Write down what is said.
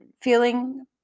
feeling